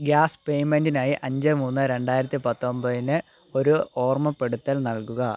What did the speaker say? gas പേയ്മെൻറിനായി അഞ്ച് മൂന്ന് രണ്ടായിരത്തി പത്തൊമ്പതിന് ഒരു ഓർമ്മപ്പെടുത്തൽ നൽകുക